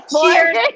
Cheers